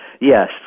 Yes